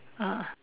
ah